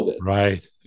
Right